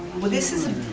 well this is